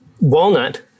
Walnut